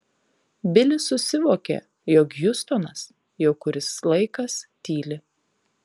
bilis susivokė jog hjustonas jau kuris laikas tyli